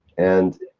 and.